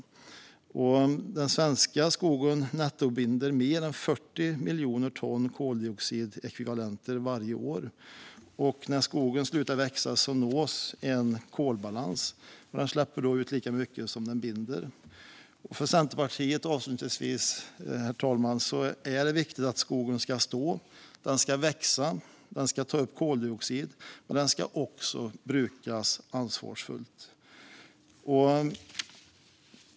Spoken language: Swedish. Vidare nettobinder den svenska skogen mer än 40 miljoner ton koldioxidekvivalenter varje år, och när skogen slutar växa nås en kolbalans, vilket innebär att skogen släpper ut lika mycket som den binder. För Centerpartiet är det viktigt att skogen ska stå, växa, ta upp koldioxid och brukas ansvarsfullt.